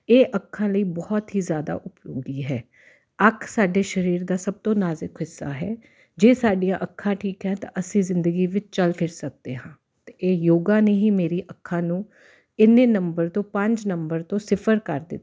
ਇਹ ਅੱਖਾਂ ਲਈ ਬਹੁਤ ਹੀ ਜ਼ਿਆਦਾ ਉਪਯੋਗੀ ਹੈ ਅੱਖ ਸਾਡੇ ਸਰੀਰ ਦਾ ਸਭ ਤੋਂ ਨਾਜ਼ੁਕ ਹਿੱਸਾ ਹੈ ਜੇ ਸਾਡੀਆਂ ਅੱਖਾਂ ਠੀਕ ਹੈ ਤਾਂ ਅਸੀਂ ਜ਼ਿੰਦਗੀ ਵਿੱਚ ਚੱਲ ਫਿਰ ਸਕਦੇ ਹਾਂ ਅਤੇ ਇਹ ਯੋਗਾ ਨੇ ਹੀ ਮੇਰੀ ਅੱਖਾਂ ਨੂੰ ਇੰਨੇ ਨੰਬਰ ਤੋਂ ਪੰਜ ਨੰਬਰ ਤੋਂ ਸਿਫਰ ਕਰ ਦਿੱਤਾ